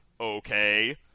Okay